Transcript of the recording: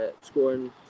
Scoring